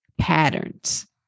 patterns